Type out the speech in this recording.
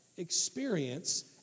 experience